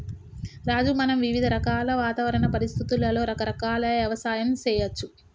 రాజు మనం వివిధ రకాల వాతావరణ పరిస్థితులలో రకరకాల యవసాయం సేయచ్చు